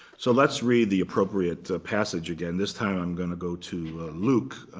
so let's read the appropriate passage again. this time i'm going to go to luke